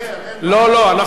אנחנו רוצים תשובה היום.